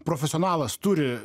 profesionalas turi